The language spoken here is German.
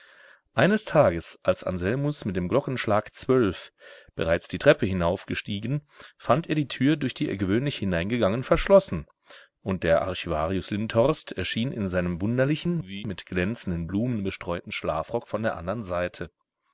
eines tages als anselmus mit dem glockenschlag zwölf bereits die treppe hinaufgestiegen fand er die tür durch die er gewöhnlich hineingegangen verschlossen und der archivarius lindhorst erschien in seinem wunderlichen wie mit glänzenden blumen bestreuten schlafrock von der andern seite